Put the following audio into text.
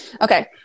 Okay